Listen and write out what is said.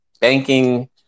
banking